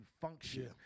function